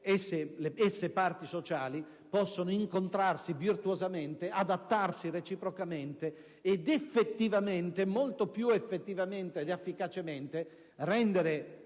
le parti sociali possono incontrarsi virtuosamente, adattarsi reciprocamente e, molto più effettivamente ed efficacemente, rendere